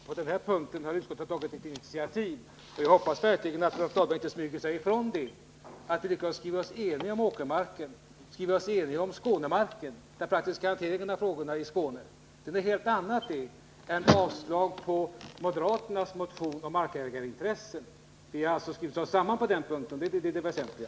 Fru talman! Skillnaden är att utskottet på den här punkten tagit ett initiativ. Jag hoppas verkligen att Rolf Dahlberg inte smyger sig ifrån det faktum att vi varit eniga i utskottet när det gäller åkermarken och Skånemarken. Detta för att vi skall kunna hantera frågorna när det gäller Skåne. Det är något helt annat än att avstyrka moderaternas motion om markägarintressen. Vi har alltså skrivit oss samman på den här punkten, och det är det väsentliga.